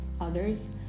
others